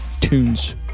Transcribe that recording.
tunes